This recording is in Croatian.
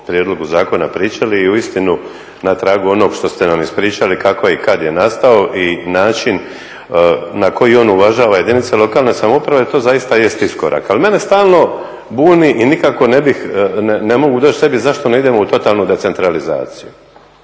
prijedlogu zakona pričali i u istinu na tragu onog što ste nam ispričali kako i kada je nastao i način na koji on uvažava jedinice lokalne samouprave to zaista jest iskorak. Ali mene stalno buni i nikako ne mogu doći sebi zašto ne idemo u totalnu decentralizaciju